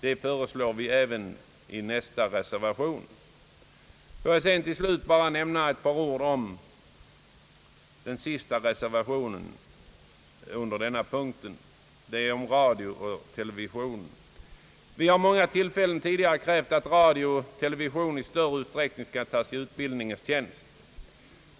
Det har vi föreslagit i reservation 5. Låt mig så till slut bara säga några ord om reservation 6, som rör frågan om utredning angående inrättande av ett radio-TV-korrespondensuniversitet. Vi har vid många tillfällen tidigare krävt att radio och TV i större utsträckning skall tas i utbildningens tjänst.